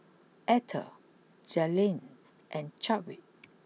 Eathel Jalynn and Chadwick